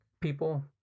people